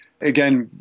again